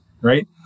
right